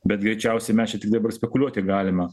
bet greičiausiai mes čia tik dabar spekuliuoti galime